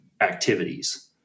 activities